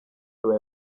away